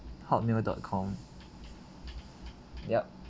hotmail dot com yup